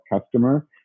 customer